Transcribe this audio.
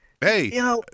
Hey